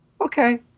Okay